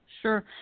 Sure